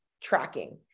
tracking